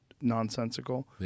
nonsensical